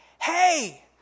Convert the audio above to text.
hey